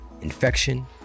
infection